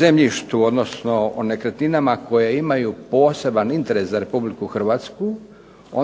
zemljištu odnosno o nekretninama koje imaju poseban interes za Republiku Hrvatsku